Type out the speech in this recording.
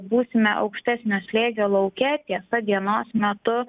būsime aukštesnio slėgio lauke tiesa dienos metu